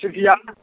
सिपिआ